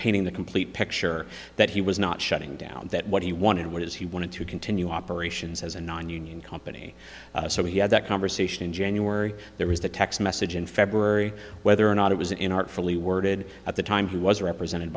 painting the complete picture that he was not shutting down that what he wanted what is he wanted to continue operations as a nonunion company so he had that conversation in january there was the text message in february whether or not it was in artfully worded at the time he was represented